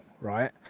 right